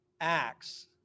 acts